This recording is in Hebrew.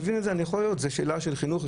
זו שאלה של חינוך,